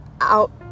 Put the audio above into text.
out